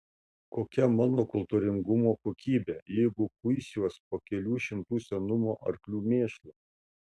kokia mano kultūringumo kokybė jeigu kuisiuos po kelių šimtų senumo arklių mėšlą